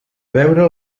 veure